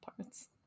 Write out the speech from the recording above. parts